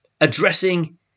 addressing